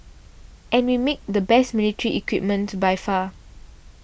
and we make the best military equipment by far